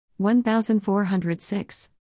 1406